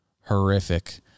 horrific